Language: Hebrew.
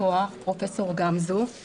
פרופ' גמזו יישר כח.